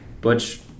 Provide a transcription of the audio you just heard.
Butch